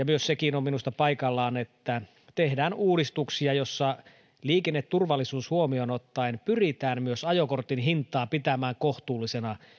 myös se on minusta paikallaan että tehdään uudistuksia joissa liikenneturvallisuus huomioon ottaen pyritään myös ajokortin hintaa pitämään kohtuullisena